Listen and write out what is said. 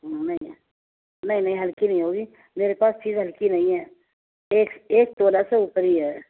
نہیں ہے نہیں نہیں ہلکی نہیں ہوگی میرے پاس چیز ہلکی نہیں ہے ایکس ایک تولہ سے اوپر ہی ہے